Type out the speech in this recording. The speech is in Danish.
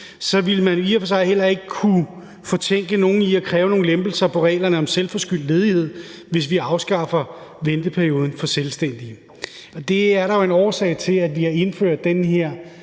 ville man i og for sig heller ikke kunne fortænke nogen i at kræve nogle lempelser af reglerne om selvforskyldt ledighed, hvis vi afskaffer venteperioden for selvstændige. Der er jo en årsag til, at vi har indført den her